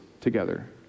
together